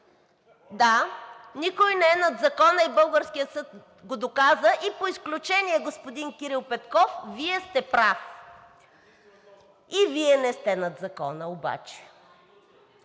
Да, никой не е над закона и българският съд го доказа и по изключение, господин Кирил Петков, Вие сте прав. И Вие не сте над закона обаче.